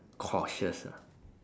cautious ah